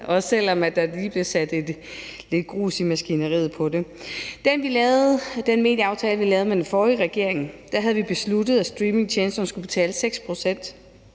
også selv om der lige kommer lidt grus i maskineriet i forhold til det. I den medieaftale, vi lavede med den forrige regering, havde vi besluttet, at streamingtjenesterne skulle betale 6 pct.